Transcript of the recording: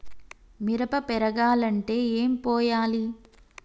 మిరప పెరగాలంటే ఏం పోయాలి?